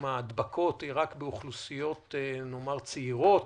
הן רק באוכלוסיות צעירות,